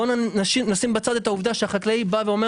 בואו נשים בצד את העובדה שהחקלאי בא ואומר